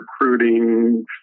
recruiting